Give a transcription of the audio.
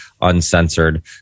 uncensored